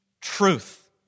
truth